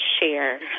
share